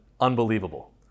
Unbelievable